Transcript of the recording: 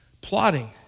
plotting